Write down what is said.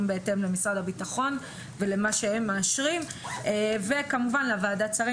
בהתאם לאישור שלו וכמובן בהתאם להחלטת ועדת שרים